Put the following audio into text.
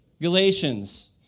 Galatians